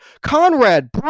Conrad